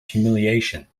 humiliation